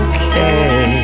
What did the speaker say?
Okay